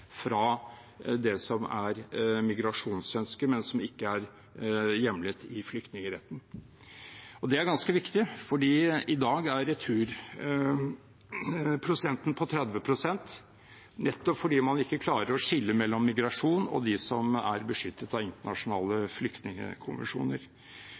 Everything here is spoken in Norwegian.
fra det som er migrasjonsønsker, men som ikke er hjemlet i flyktningretten. Det er ganske viktig, for i dag er returprosenten på 30, nettopp fordi man ikke klarer å skille mellom migrasjon og dem som er beskyttet av